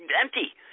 empty